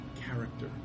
character